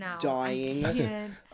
dying